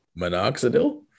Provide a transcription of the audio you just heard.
minoxidil